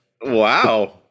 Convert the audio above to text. Wow